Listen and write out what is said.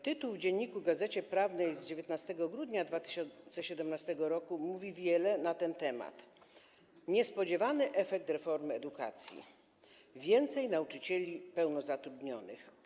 Tytuł w „Dzienniku Gazecie Prawnej” z 19 grudnia 2017 r. mówi wiele na ten temat: „Niespodziewany efekt reformy edukacji: Więcej nauczycieli pełnozatrudnionych”